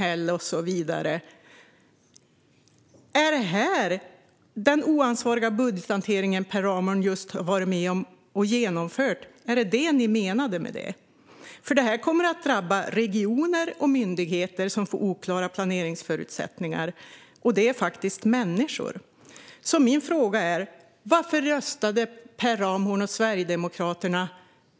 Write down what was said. undrar jag om Per Ramhorn och Sverigedemokraterna med det syftade på den oansvariga budgethantering de just har varit med om att genomföra. Var det detta de menade? Det här kommer att drabba regioner och myndigheter som får oklara planeringsförutsättningar, och det handlar faktiskt om människor. Min fråga är: Varför röstade Per Ramhorn och Sverigedemokraterna